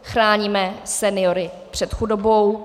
Chráníme seniory před chudobou.